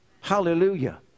hallelujah